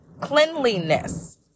cleanliness